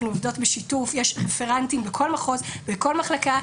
אנחנו עובדות בשיתוף; יש רפרנטים בכל מחוז ובכל מחלקה,